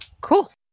cool